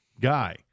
guy